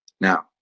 Now